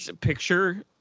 picture